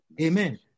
Amen